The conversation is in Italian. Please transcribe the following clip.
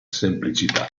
semplicità